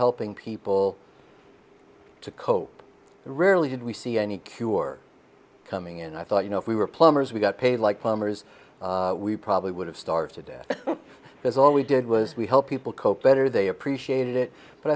helping people to cope rarely did we see any cure coming in and i thought you know if we were plumbers we got paid like plumbers we probably would have starved to death because all we did was we help people cope better they appreciated it but